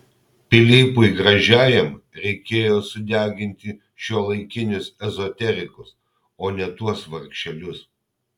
pilypui gražiajam reikėjo sudeginti šiuolaikinius ezoterikus o ne tuos vargšelius